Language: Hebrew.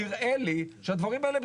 נראה לי שהדברים האלה,